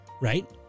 right